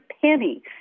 penny